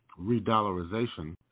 redollarization